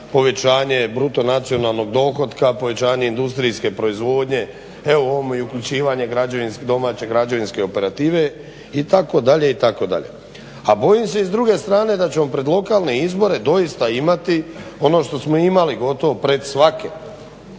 povećanje BDP-a, povećanje industrijske proizvodnje evo ovime i uključivanje domaće građevinske operative itd., itd. A bojim se i s druge strane da ćemo pred lokalne izbore doista imati ono što smo imali gotovo pred svake,